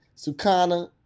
Sukana